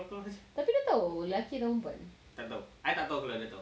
eh tapi dah tahu lelaki atau perempuan